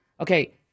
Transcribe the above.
Okay